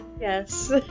Yes